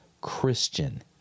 Christian